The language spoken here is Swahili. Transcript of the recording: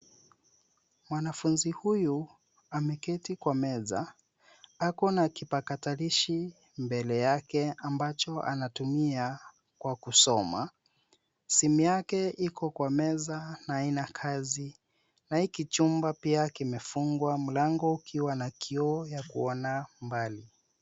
Mwanafunzi huyu ameketi kwa meza. Ako na kipakatalishi mbele yake ambacho anatumia kwa kusoma. Simu yake iko kwa meza na haina kazi na hiki chumba kimefungwa mlango ukiwa na kioo ya kuona mbali.